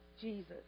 Jesus